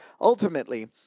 ultimately